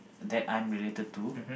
that I'm related to